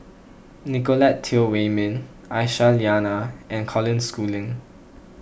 Nicolette Teo Wei Min Aisyah Lyana and Colin Schooling